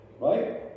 right